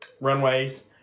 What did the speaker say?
runways